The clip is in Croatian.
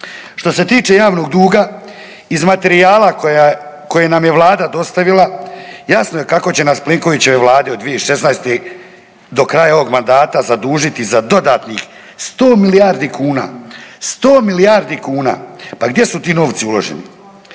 Što se tiče javnog duga, iz materijala koji nam je Vlada dostavila, jasno je kako će nas Plenkovićeva Vlada od 2016. do kraja ovog mandata zadužiti za dodatnih 100 milijardi kuna. 100 milijardi kuna. Pa gdje su ti novci uloženi?